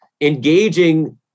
engaging